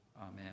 Amen